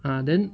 ah then